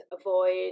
avoid